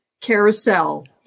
carousel